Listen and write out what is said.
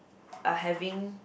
are having